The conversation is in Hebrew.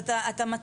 אז אתה מטעה.